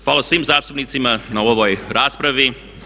Hvala svim zastupnicima na ovoj raspravi.